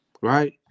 Right